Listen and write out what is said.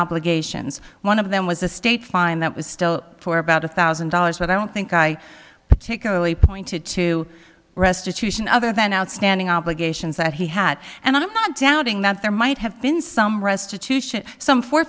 obligations one of them was a state find that was still for about a thousand dollars but i don't think i particularly pointed to restitution other than outstanding obligations that he had and i'm not doubting that there might have been some restitution some for